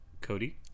Cody